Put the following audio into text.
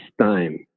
time